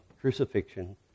crucifixion